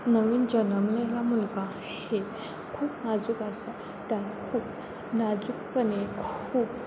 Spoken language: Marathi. नवीन जन्मलेला मुलगा हे खूप नाजूक असतात त्या खूप नाजूकपणे खूप